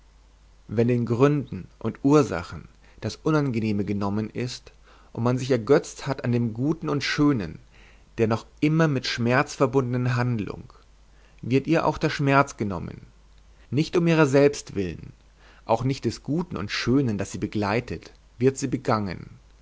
wenn den gründen und ursachen das unangenehme genommen ist und man sich ergetzt hat an dem guten und schönen der noch immer mit schmerz verbundenen handlung wird ihr auch der schmerz genommen nicht um ihrer selbst willen auch nicht des guten und schönen das sie begleitet wird sie begangen